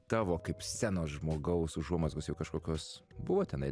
tavo kaip scenos žmogaus užuomazgos jau kažkokios buvo tenai